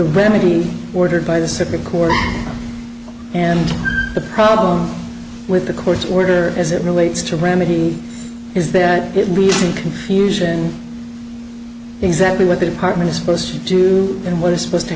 remedy ordered by the supreme court and the problem with the court's order as it relates to remedy is that it reason confusion exactly what the department is supposed to do and what is supposed to